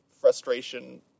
frustration